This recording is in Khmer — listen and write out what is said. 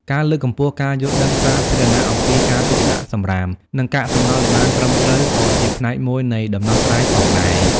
ការលើកកម្ពស់ការយល់ដឹងសាធារណៈអំពីការទុកដាក់សំរាម និងកាកសំណល់ឱ្យបានត្រឹមត្រូវ ក៏ជាផ្នែកមួយនៃដំណោះស្រាយផងដែរ។